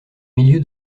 milieu